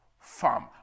farm